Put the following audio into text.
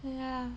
ya